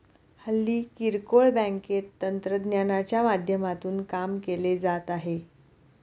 हल्ली किरकोळ बँकेत तंत्रज्ञानाच्या माध्यमातून काम केले जात आहे